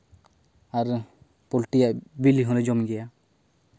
ᱟᱨ ᱯᱳᱞᱴᱤᱭᱟᱜ ᱵᱤᱞᱤ ᱦᱚᱸᱞᱮ ᱡᱚᱢ ᱜᱮᱭᱟ